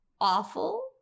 awful